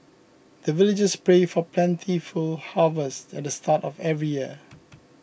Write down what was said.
the villagers pray for plentiful harvest at the start of every year